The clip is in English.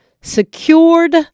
secured